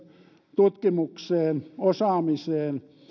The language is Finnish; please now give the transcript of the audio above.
tutkimukseen ja osaamiseen